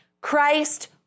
Christ